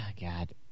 God